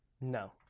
No